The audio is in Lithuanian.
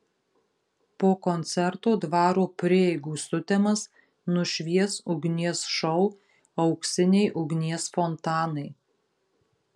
po koncerto dvaro prieigų sutemas nušvies ugnies šou auksiniai ugnies fontanai